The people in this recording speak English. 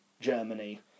germany